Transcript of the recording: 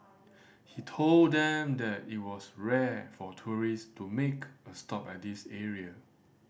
he told them that it was rare for tourist to make a stop at this area